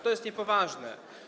To jest niepoważne.